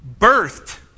birthed